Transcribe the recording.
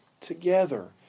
together